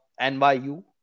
NYU